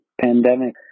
pandemic